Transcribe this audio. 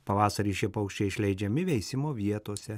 pavasarį šie paukščiai išleidžiami veisimo vietose